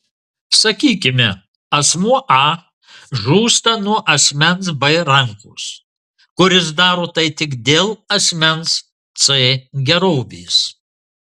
sakykime asmuo a žūsta nuo asmens b rankos kuris daro tai tik dėl asmens c gerovės